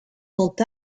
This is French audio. sont